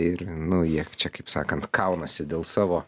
ir nu jie čia kaip sakant kaunasi dėl savo